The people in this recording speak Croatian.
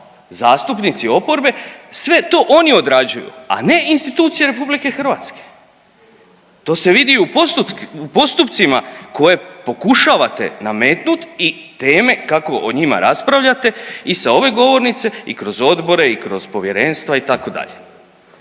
zastupnici oporbe sve to oni odrađuju, a ne institucije RH, to se vidi u postupcima koje pokušavate nametnut i teme kako o njima raspravljate i sa ove govornice i kroz odbore i kroz povjerenstva itd., čak